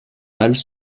mâles